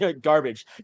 Garbage